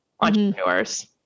entrepreneurs